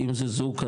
אם זה זוג,